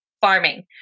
farming